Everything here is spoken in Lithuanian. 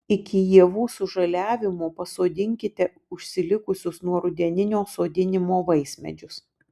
iki ievų sužaliavimo pasodinkite užsilikusius nuo rudeninio sodinimo vaismedžius